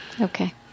Okay